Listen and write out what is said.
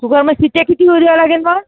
कुग मग शिट्ट्या किती होऊ द्यावं लागेल मग